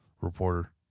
reporter